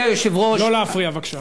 לא להפריע, בבקשה.